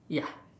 ya